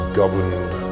governed